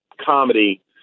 comedy